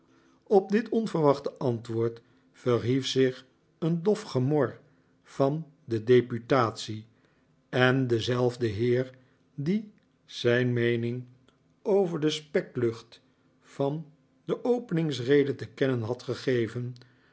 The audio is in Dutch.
op dit onverwachte antwoord verhief zich een dof gemor van de deputatie en dezelfde heer die zijn meeriing over de speklucht van'de openingsrede te kennen had gegeven